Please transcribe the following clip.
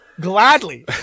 Gladly